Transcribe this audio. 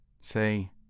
Say